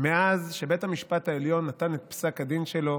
מאז שבית המשפט העליון נתן את פסק הדין שלו